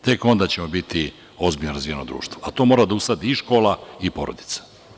Tek onda ćemo biti ozbiljno razvijeno društvo, a to mora da usadi i škola i porodica.